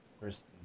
first